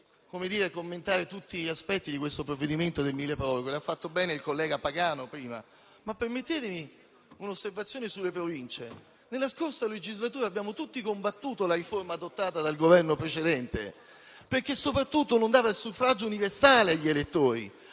voglio commentare tutti gli aspetti del provvedimento milleproroghe - lo ha fatto bene il collega Pagano - ma permettetemi un'osservazione sulle Province. Nella scorsa legislatura abbiamo tutti combattuto la riforma adottata dal Governo precedente, soprattutto perché non dava il suffragio universale agli elettori.